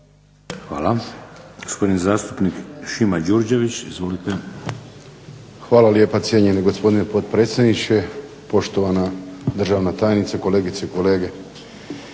(HDZ)** Hvala lijepa, cijenjeni gospodine potpredsjedniče. Poštovana državna tajnice, kolegice i kolege.